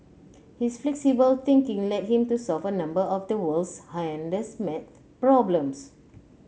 his flexible thinking led him to solve a number of the world's hardest maths problems